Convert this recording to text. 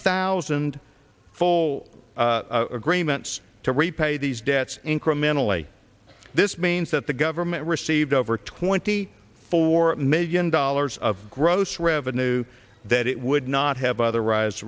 thousand full agreements to repay these debts incrementally this means that the government received over twenty four million dollars of gross revenue that it would not have otherwise